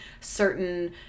certain